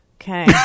Okay